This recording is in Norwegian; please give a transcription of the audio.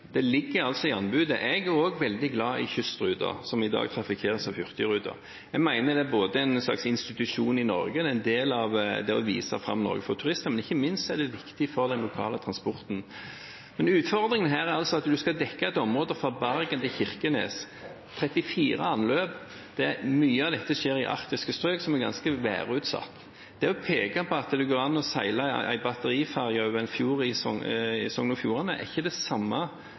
Det ligger i anbudet. Jeg er også veldig glad i kystruten, som i dag trafikkeres av Hurtigruten. Jeg mener den er en slags institusjon i Norge, en del av det å vise fram Norge for turister, og ikke minst er den viktig for den lokale transporten. Utfordringen er at man skal dekke et område fra Bergen til Kirkenes, 34 anløp, der mye av dette skjer i arktiske strøk, som er ganske værutsatt. At det går an å seile en batteriferge over en fjord på Vestlandet, er ikke det samme som at denne teknologien vil fungere fra Bergen til Kirkenes med tanke på at vi også skal ha forutsigbarhet når det